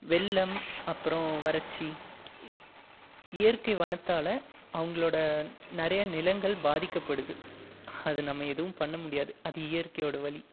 வெள்ளம் அப்புறம் வறட்சி இயற்கை வளத்தால் அவங்களோட நிறைய நிலங்கள் பாதிக்கப்படுது அது நம்ம எதுவும் பண்ண முடியாது அது இயற்கையோட வழி